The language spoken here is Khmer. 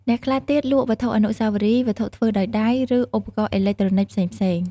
អ្នកខ្លះទៀតលក់វត្ថុអនុស្សាវរីយ៍ វត្ថុធ្វើដោយដៃ ឬឧបករណ៍អេឡិចត្រូនិចផ្សេងៗ។